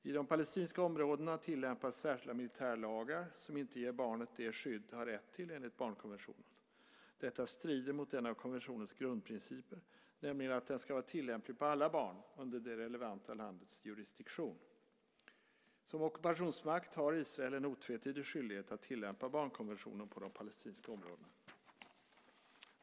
I de palestinska områdena tillämpas särskilda militärlagar, som inte ger barnet det skydd det har rätt till enligt barnkonventionen. Detta strider mot en av konventionens grundprinciper, nämligen att den ska vara tillämplig på alla barn under det relevanta landets jurisdiktion. Som ockupationsmakt har Israel en otvetydig skyldighet att tillämpa barnkonventionen på de palestinska områdena.